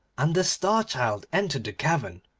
and the star-child entered the cavern,